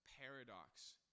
paradox